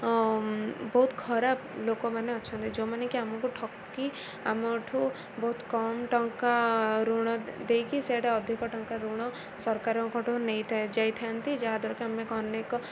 ବହୁତ ଖରାପ୍ ଲୋକମାନେ ଅଛନ୍ତି ଯୋଉମାନେ କି ଆମକୁ ଠକି ଆମଠୁ ବହୁତ କମ୍ ଟଙ୍କା ଋଣ ଦେଇକି ସେଇଟା ଅଧିକ ଟଙ୍କା ଋଣ ସରକାରଙ୍କ ଠୁ ନେଇ ଯାଇଥାନ୍ତି ଯାହାଦ୍ୱାରାକି ଆମେ ଅନେକ